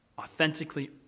authentically